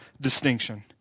distinction